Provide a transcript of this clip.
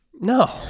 No